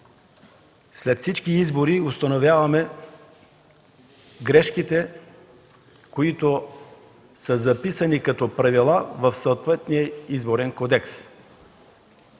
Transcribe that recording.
След всички избори установяваме грешките, които са записани като правила в съответния Изборен кодекс.